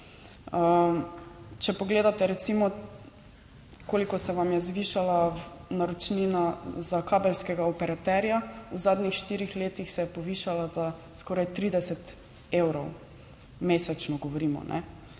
Če pogledate recimo koliko se vam je zvišala naročnina za kabelskega operaterja, v zadnjih štirih letih, se je povišala za skoraj 30 evrov mesečno govorimo, mi